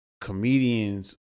comedians